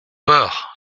peur